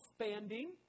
expanding